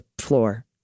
floor